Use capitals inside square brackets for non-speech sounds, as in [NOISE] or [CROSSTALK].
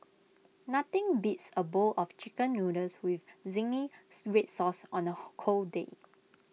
nothing beats A bowl of Chicken Noodles with zingies Red Sauce on A [UNINTELLIGIBLE] cold day